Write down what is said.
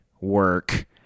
work